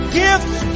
gifts